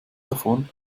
davon